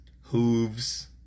hooves